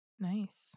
Nice